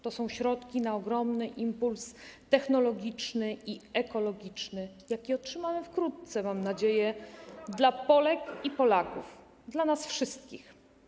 To są środki na ogromny impuls technologiczny i ekologiczny, jaki otrzymamy wkrótce, mam nadzieję, impuls dla Polek i Polaków, dla nas wszystkich.